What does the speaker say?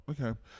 okay